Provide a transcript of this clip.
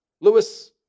Lewis